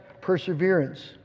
perseverance